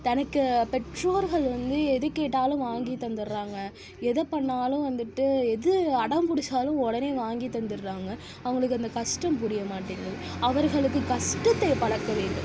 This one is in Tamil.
தனக்கு பெற்றோர்கள் வந்து எது கேட்டாலும் வாங்கி தந்துட்டுறாங்க எதை பண்ணாலும் வந்துட்டு எது அடம் பிடிச்சாலும் உடனே வாங்கி தந்துட்டுறாங்க அவங்களுக்கு அந்த கஷ்டம் புரிய மாட்டேங்குது அவர்களுக்கு கஷ்டத்தை பழக்க வேண்டும்